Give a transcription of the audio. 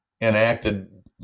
enacted